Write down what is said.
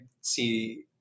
see